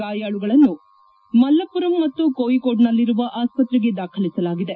ಗಾಯಾಳುಗಳನ್ನು ಮಲ್ಲಪುರಂ ಮತ್ತು ಕೊಯಿಕೊಡ್ನಲ್ಲಿರುವ ಆಸ್ಪತ್ರೆಗೆ ದಾಖಲಿಸಲಾಗಿದೆ